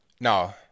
No